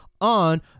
on